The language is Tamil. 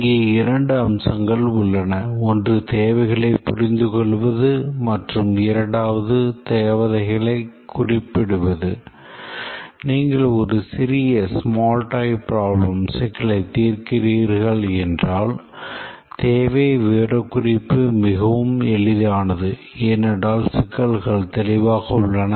இங்கே இரண்டு அம்சங்கள் உள்ளன ஒன்று தேவைகளைப் புரிந்துகொள்வது மற்றும் இரண்டாவது தேவைகளைக் குறிப்பிடுவது